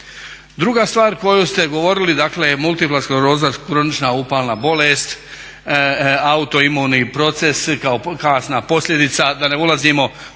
Druga stvar koju ste govorili, dakle multipla skleroza kronična upalna bolest, autoimuni proces kao kasna posljedica, da ne ulazimo poslije u